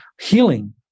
healing